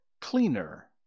cleaner